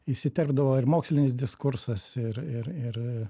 įsiterpdavo ir mokslinis diskursas ir ir ir